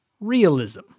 realism